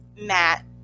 Matt